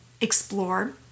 explore